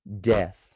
death